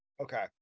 Okay